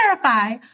clarify